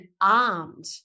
armed